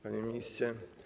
Panie Ministrze!